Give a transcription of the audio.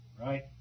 Right